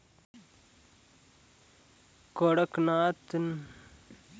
कड़कनाथ नसल के मुरगा मुरगी हर मध्य परदेस अउ छत्तीसगढ़ में जादा पोसल जाथे